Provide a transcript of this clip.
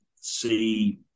see